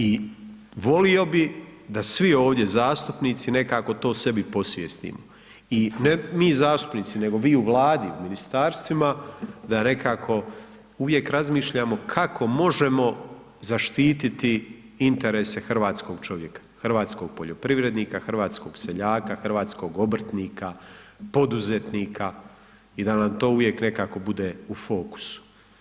I volio bi da svi ovdje zastupnici nekako to sebi posvijestimo i ne mi zastupnici, nego vi u Vladi i ministarstvima da nekako uvijek razmišljamo kako možemo zaštititi interese hrvatskog čovjeka, hrvatskog poljoprivrednika, hrvatskog seljaka, hrvatskog obrtnika, poduzetnika i da nam to uvijek bude nekako u fokusu.